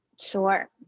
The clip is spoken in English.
Sure